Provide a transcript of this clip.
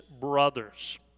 brothers